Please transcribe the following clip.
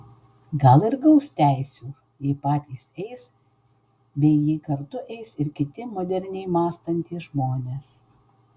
gal ir gaus teisių jei patys eis bei jei kartu eis ir kiti moderniai mąstantys žmonės